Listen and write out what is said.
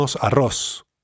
arroz